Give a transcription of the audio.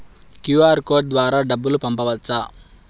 QR code ద్వారా డబ్బులు పంపవచ్చా?